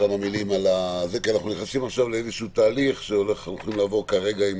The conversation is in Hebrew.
אנחנו נכנסים עכשיו לתהליך שאנחנו הולכים לעבור עם